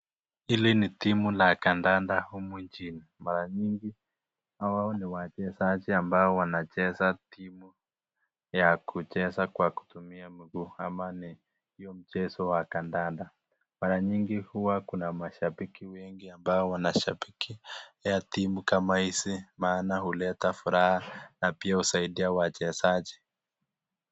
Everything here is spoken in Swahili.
Hili ni timu la kandanda humu nchini. Mara mingi hao ni wachezaji ambao wanacheza timu ya kucheza kwa kutumia mguu ama ni huyo mchezo wa kandanda mara mingi huwa kuna mashabiki wengi ambao wanashabikia timu kama hizi maana huleta furaha na pia husaidia wachezaji.